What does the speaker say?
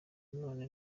none